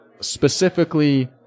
specifically